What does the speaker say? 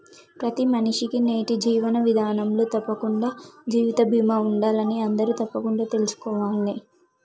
ప్రతి మనిషికీ నేటి జీవన విధానంలో తప్పకుండా జీవిత బీమా ఉండాలని అందరూ తప్పకుండా తెల్సుకోవాలే